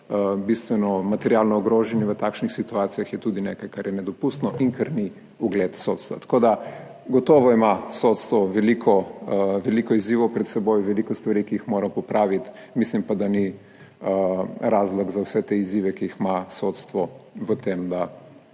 so bistveno materialno ogroženi, v takšnih situacijah je tudi nekaj, kar je nedopustno in kar ni ugled sodstva. Tako da gotovo ima sodstvo veliko izzivov pred seboj, veliko stvari, ki jih moramo popraviti, mislim pa, da ni razlog za vse te izzive, ki jih ima sodstvo, v tem, da